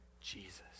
Jesus